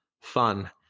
Fun